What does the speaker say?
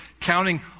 counting